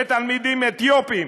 ותלמידים אתיופים,